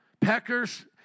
peckers